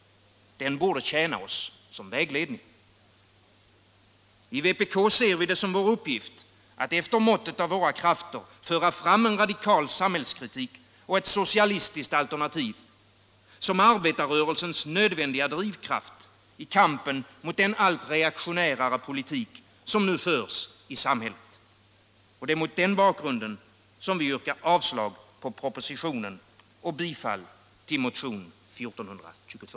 Den borde tjäna oss som vägledning. I vpk ser vi det som vår uppgift att efter måttet av våra krafter föra fram en radikal samhällskritik och ett socialistiskt alternativ som arbetarrörelsens nödvändiga drivkraft i kampen mot den allt reaktionärare politik som nu förs i samhället. Det är mot den bakgrunden som vi yrkar avslag på propositionen och bifall till motionen 1422.